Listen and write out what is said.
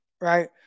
right